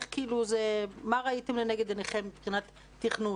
מה ראיתם לנגד עיניכם מבחינת תכנון?